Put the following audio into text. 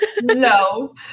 No